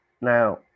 Now